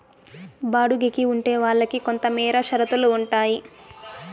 బాడుగికి ఉండే వాళ్ళకి కొంతమేర షరతులు ఉంటాయి